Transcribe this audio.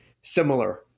similar